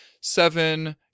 seven